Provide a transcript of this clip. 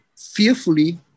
fearfully